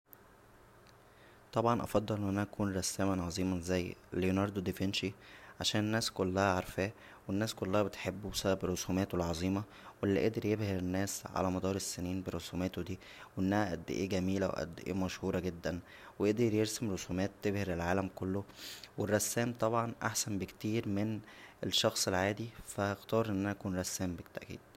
طبعا افضل ان انا اكون رساما عظيما زى ليوناردو دافينشى عشان الناس كلها عارفاه و الناس كلها بتحبه بسبب رسوماته العظيمه و اللى قدر يبهر الناس على مدار السنين برسوماته دى و انها قد ايه جميله و قد ايه مشهوره جدا و قدر يرسم رسومات تبهر العالم كله و الرسام طبعا احسن بكتير من الشخص العادى فا هختار ان انا اكون رسام بالتاكيد